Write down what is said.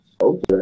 Okay